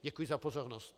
Děkuji za pozornost.